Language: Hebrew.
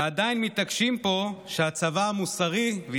ועדיין מתעקשים פה שהצבא המוסרי בעולם,